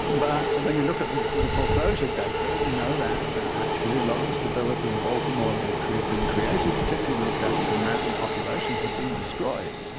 and but and when you look at the the foreclosure data, you know that, actually, a lot of the stability in baltimore that had been created particularly most african american populations had been destroyed,